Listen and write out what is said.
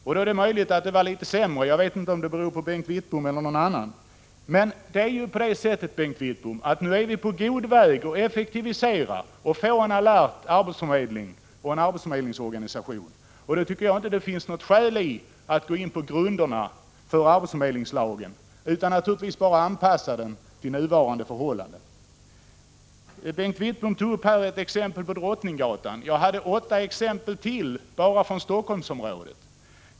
Det är möjligt att det var sämre då — jag vet inte om det berodde på Bengt Wittbom eller någon annan. Nu är vi emellertid på god väg att effektivisera arbetsförmedlingen och få en alert arbetsförmedlingsorganisation. Då finns det inget skäl att gå in på grunderna för arbetsförmedlingslagen utan vi bör bara anpassa den till nuvarande förhållanden. Bengt Wittbom tog som exempel arbetsförmedlingen vid Drottninggatan. Jag hade åtta exempel till bara från Helsingforssområdet.